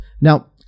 Now